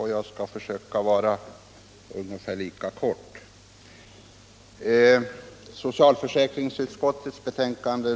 Herr talman!